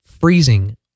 freezing